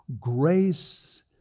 grace